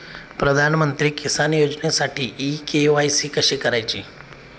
प्रधानमंत्री किसान योजनेसाठी इ के.वाय.सी कशी करायची?